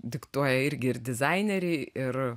diktuoja irgi ir dizaineriai ir